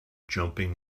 jumping